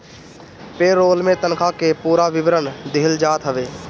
पे role में तनखा के पूरा विवरण दिहल जात हवे